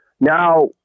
Now